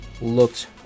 looked